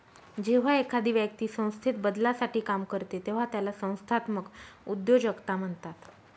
जेव्हा एखादी व्यक्ती संस्थेत बदलासाठी काम करते तेव्हा त्याला संस्थात्मक उद्योजकता म्हणतात